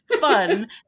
fun